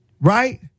Right